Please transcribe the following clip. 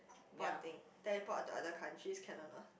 ~porting teleport to other countries can [one] ah